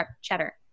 cheddar